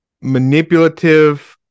manipulative